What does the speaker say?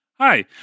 Hi